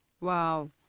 Wow